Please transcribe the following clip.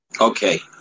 Okay